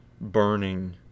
burning